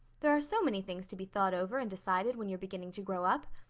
there are so many things to be thought over and decided when you're beginning to grow up.